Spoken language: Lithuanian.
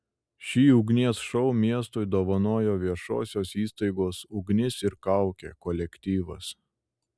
šį ugnies šou miestui dovanojo viešosios įstaigos ugnis ir kaukė kolektyvas